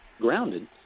grounded